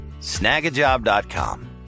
Snagajob.com